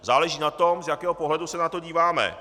Záleží na tom, z jakého pohledu se na to díváme.